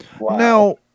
Now